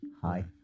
hi